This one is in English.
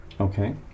Okay